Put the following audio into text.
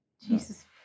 Jesus